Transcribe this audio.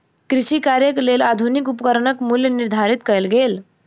कृषि कार्यक लेल आधुनिक उपकरणक मूल्य निर्धारित कयल गेल